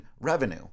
revenue